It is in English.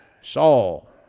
Saul